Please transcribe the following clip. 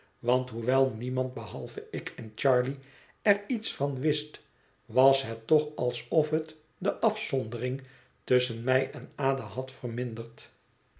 want hoewel niemand behalve ik en charley er iets van wist was het toch alsof het de afzondering tusschen mij en ada had verminderd